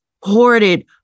hoarded